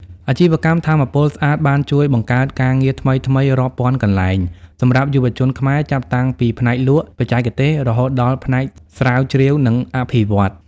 អាជីវកម្មថាមពលស្អាតបានជួយបង្កើតការងារថ្មីៗរាប់ពាន់កន្លែងសម្រាប់យុវជនខ្មែរ ចាប់តាំងពីផ្នែកលក់ បច្ចេកទេស រហូតដល់ផ្នែកស្រាវជ្រាវ និងអភិវឌ្ឍន៍។